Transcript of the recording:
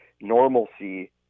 normalcy